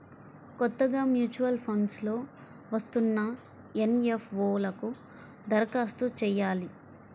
కొత్తగా mutual funds లో వస్తున్న ఎన్.ఎఫ్.ఓ లకు దరఖాస్తు చెయ్యాలి